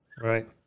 Right